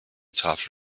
tafel